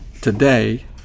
today